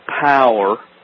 power